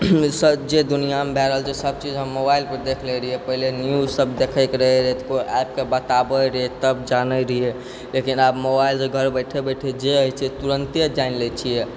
जे दुनियामे भऽ रहल छै सबचीज हम मोबाइलपर देखि लै रहिए पहिले न्यूज सब देखैके रहै कोइ आबिकऽ बताबै रहै तब जानै रहिए लेकिन आब मोबाइलसँ घरऽ बैठे बैठे जे होइ छै तुरन्ते जानि लै छिए